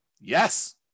Yes